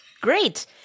great